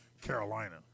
Carolina